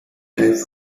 types